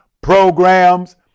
programs